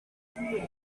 there